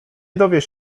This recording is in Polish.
dowiesz